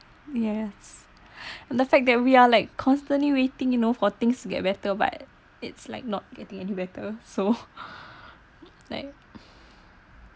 yes and the fact that we are like constantly waiting you know for things to get better but it's like not getting any better so like